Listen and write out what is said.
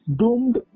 doomed